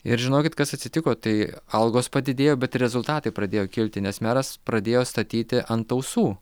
ir žinokit kas atsitiko tai algos padidėjo bet ir rezultatai pradėjo kilti nes meras pradėjo statyti ant ausų